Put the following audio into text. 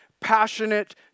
passionate